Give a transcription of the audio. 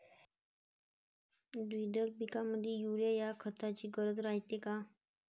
द्विदल पिकामंदी युरीया या खताची गरज रायते का?